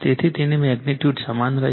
તેથી તેની મેગ્નિટ્યુડ સમાન રહેશે